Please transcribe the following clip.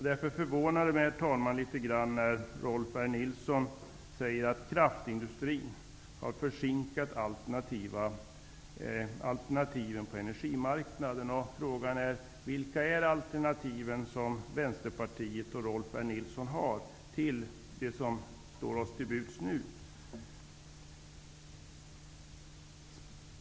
Det förvånar mig därför litet grand, herr talman, när Rolf L Nilson säger att kraftindustrin har försinkat alternativen på energimarknaden. Frågan är vilka alternativ som Vänsterpartiet och Rolf L Nilson har till det som nu står oss till buds.